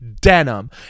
denim